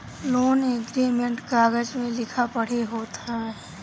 loan agreement कागज के लिखा पढ़ी होत हवे